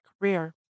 career